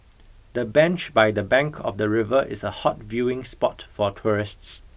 the bench by the bank of the river is a hot viewing spot for tourists